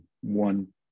one